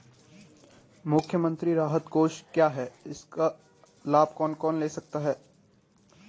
मुख्यमंत्री राहत कोष क्या है इसका लाभ कौन कौन ले सकता है?